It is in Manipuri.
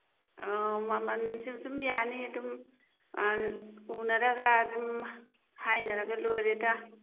ꯑꯣ ꯃꯃꯜꯁꯨ ꯁꯨꯝ ꯌꯥꯅꯤ ꯑꯗꯨꯝ ꯎꯅꯔꯒ ꯑꯗꯨꯝ ꯍꯥꯏꯅꯔꯒ ꯂꯣꯏꯔꯦꯗ